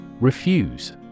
Refuse